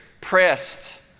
pressed